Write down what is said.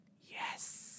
Yes